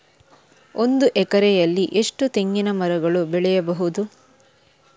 ಒಂದು ಎಕರೆಯಲ್ಲಿ ಎಷ್ಟು ತೆಂಗಿನಮರಗಳು ಬೆಳೆಯಬಹುದು?